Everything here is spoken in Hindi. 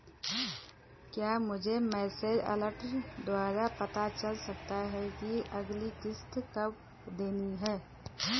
क्या मुझे मैसेज अलर्ट द्वारा पता चल सकता कि अगली किश्त कब देनी है?